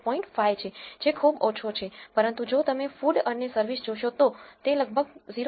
5 છે જે ખૂબ ઓછો છે પરંતુ જો તમે food અને service જોશો તો તે લગભગ 0